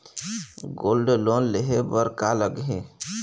Gold loan लेहे बर का लगही?